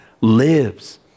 lives